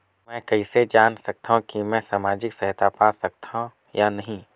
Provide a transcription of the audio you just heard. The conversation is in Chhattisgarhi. मै कइसे जान सकथव कि मैं समाजिक सहायता पा सकथव या नहीं?